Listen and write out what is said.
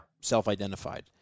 self-identified